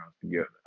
together